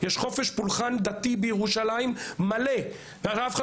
יש חופש פולחן דתי בירושלים ושאף אחד